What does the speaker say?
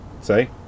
Say